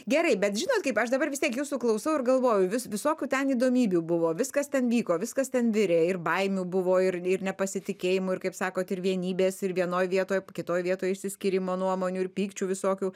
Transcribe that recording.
gerai bet žinot kaip aš dabar vis tiek jūsų klausau ir galvoju vis visokių ten įdomybių buvo viskas ten vyko viskas ten virė ir baimių buvo ir ir nepasitikėjimo ir kaip sakot ir vienybės ir vienoj vietoj kitoj vietoj išsiskyrimo nuomonių ir pykčių visokių